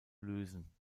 lösen